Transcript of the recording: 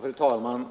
Fru talman!